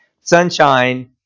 sunshine